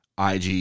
IG